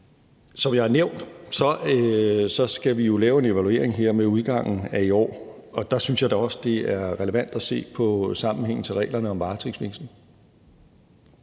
Som jeg har nævnt, skal vi jo lave en evaluering her med udgangen af i år, og der synes jeg da også det er relevant at se på sammenhængen med reglerne om varetægtsfængsling.